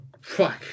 Fuck